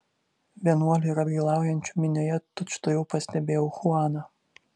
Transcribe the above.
vienuolių ir atgailaujančiųjų minioje tučtuojau pastebėjau chuaną